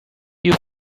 you